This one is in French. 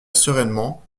sereinement